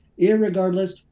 irregardless